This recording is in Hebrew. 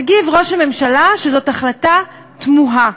מגיב ראש הממשלה שזו החלטה תמוהה.